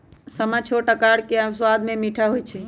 समा छोट अकार आऽ सबाद में मीठ होइ छइ